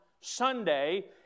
Sunday